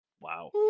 Wow